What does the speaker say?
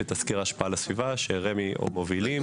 של תסקיר ההשפעה על הסביבה שרמ"י מובילים.